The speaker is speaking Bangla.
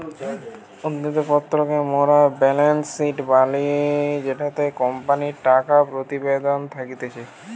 উদ্ধৃত্ত পত্র কে মোরা বেলেন্স শিট বলি জেটোতে কোম্পানির টাকা প্রতিবেদন থাকতিছে